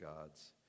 gods